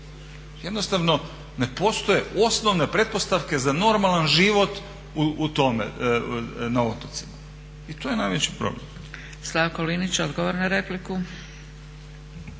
Jednostavno ne postoje osnovne pretpostavke za normalan život na otocima i to je najveći problem.